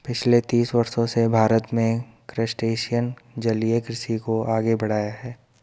पिछले तीस वर्षों से भारत में क्रस्टेशियन जलीय कृषि को आगे बढ़ाया है